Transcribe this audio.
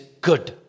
good